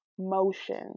Motion